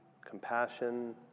compassion